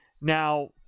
Now